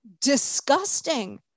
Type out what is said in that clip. disgusting